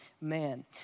man